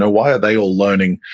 ah why are they all learning,